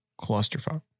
clusterfuck